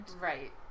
Right